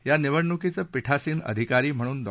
या निवडणुकीचे पिठासिन अधिकारी म्हणून डॉ